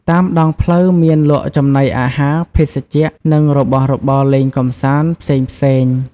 តាមដងផ្លូវមានលក់ចំណីអាហារ ភេសជ្ជៈ និងរបស់របរលេងកម្សាន្តផ្សេងៗ។